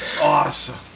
Awesome